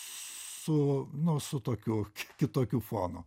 su nu su tokiu kitokiu fonu